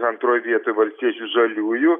antroj vietoj valstiečių žaliųjų